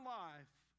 life